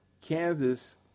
Kansas